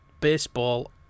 baseball